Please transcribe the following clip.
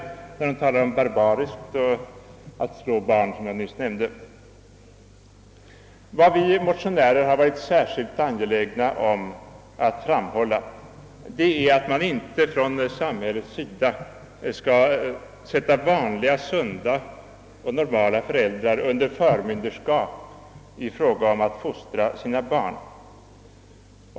Hon talade bl.a. om barbari och om att, såsom jag nyss nämnde, »slå barn». Vad vi motionärer varit särskilt angelägna om att framhålla är att man inte från samhällets sida skall sätta vanliga sunda och normala föräldrar under förmyndarskap i fråga om fostran av barnen.